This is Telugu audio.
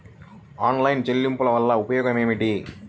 ఆన్లైన్ చెల్లింపుల వల్ల ఉపయోగమేమిటీ?